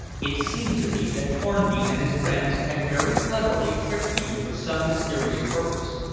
it seemed to me that hornby and his friends had very cleverly tricked me for some mysterious purpose,